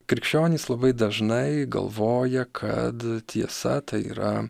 krikščionys labai dažnai galvoja kad tiesa tai yra